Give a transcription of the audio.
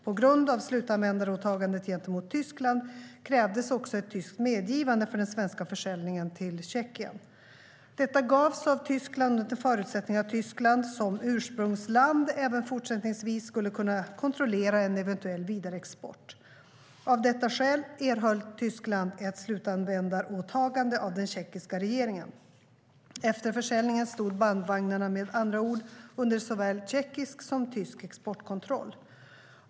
På grund av slutanvändaråtagandet gentemot Tyskland krävdes också ett tyskt medgivande för den svenska försäljningen till Tjeckien. Detta gavs av Tyskland under förutsättning att Tyskland, som ursprungsland, även fortsättningsvis skulle kunna kontrollera en eventuell vidareexport. Av detta skäl erhöll Tyskland ett slutanvändaråtagande av den tjeckiska regeringen. Efter försäljningen stod bandvagnarna med andra ord under såväl tjeckisk som tysk exportkontroll.